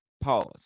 Pause